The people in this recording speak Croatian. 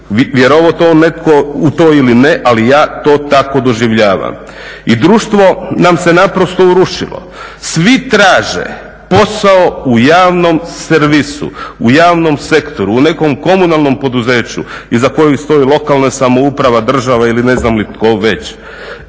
vjerovao to netko u to ili ne, ali ja to tako doživljavam. I društvo nam se naprosto urušilo. Svi traže posao u javnom servisu, u javnom sektoru, u nekom komunalnom poduzeću iza kojih stoji lokalna samouprava, država ili ne znam li tko već.